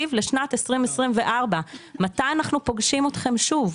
התקציב לשנת 2024, מתי אנחנו פוגשים אתכם שוב?